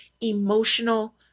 emotional